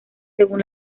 según